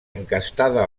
encastada